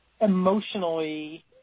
emotionally